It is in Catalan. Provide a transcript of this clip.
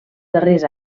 darrers